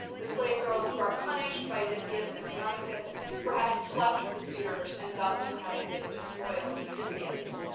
the slave girls who are punished by odysseus and telemachus for having slept with the suitors and thus for having been disloyal to odysseus.